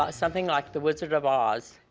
ah something like the wizard of oz.